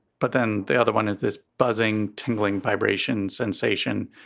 but then the other one is this buzzing, tingling, vibration sensation.